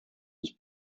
his